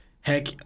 heck